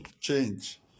Change